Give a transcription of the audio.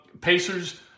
Pacers